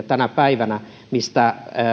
tänä päivänä sellaista rekisteriä mistä